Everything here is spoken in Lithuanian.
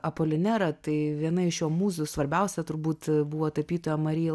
apolinerą tai viena iš jo mūzų svarbiausia turbūt buvo tapytoja marija